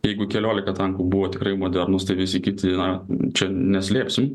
jeigu keliolika tankų buvo tikrai modernūs tai visi kiti na čia neslėpsim